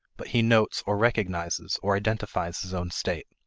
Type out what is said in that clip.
but he notes, or recognizes, or identifies his own state.